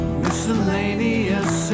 miscellaneous